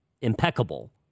impeccable